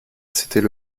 s’était